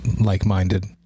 like-minded